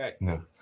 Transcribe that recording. No